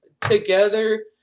together